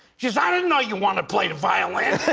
she says i didn't know you wanted to play the violin.